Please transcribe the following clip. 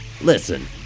Listen